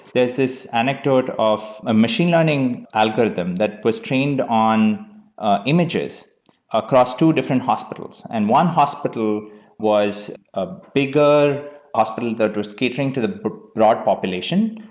this is anecdote of a machine learning algorithms that was chained on images across two different hospitals, and one hospital was a bigger hospital that was catering to the broad population.